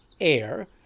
air